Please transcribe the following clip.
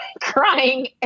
crying